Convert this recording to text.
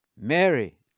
Mary